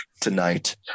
tonight